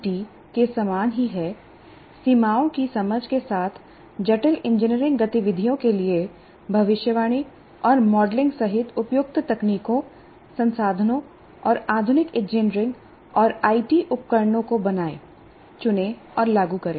यदि आप आधुनिक उपकरण उपयोग के संबंध में एनबीए द्वारा दिए गए कार्यक्रम के परिणाम 5 को देखते हैं जो कि एबीईटी के समान ही है सीमाओं की समझ के साथ जटिल इंजीनियरिंग गतिविधियों के लिए भविष्यवाणी और मॉडलिंग सहित उपयुक्त तकनीकों संसाधनों और आधुनिक इंजीनियरिंग और आईटी उपकरणों को बनाएं चुनें और लागू करें